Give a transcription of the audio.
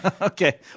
Okay